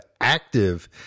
active